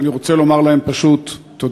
אני רוצה לומר להן פשוט: תודה.